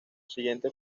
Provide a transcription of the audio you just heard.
siguiente